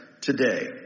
today